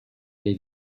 les